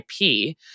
IP